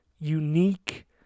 unique